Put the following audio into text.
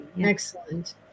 excellent